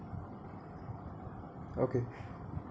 okay